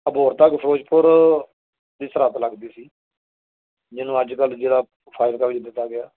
ਅਬੋਹਰ ਤੱਕ ਫਿਰੋਜ਼ਪੁਰ ਦੀ ਸਰਹੰਦ ਲੱਗਦੀ ਸੀ ਜਿਹਨੂੰ ਅੱਜ ਕੱਲ੍ਹ ਜਿਹੜਾ ਫਾਜ਼ਿਲਕਾ ਵਿੱਚ ਦਿੱਤਾ ਗਿਆ